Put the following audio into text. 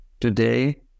today